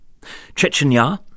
Chechnya